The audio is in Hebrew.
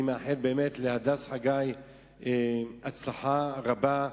אני מאחל להדס חגי הצלחה רבה.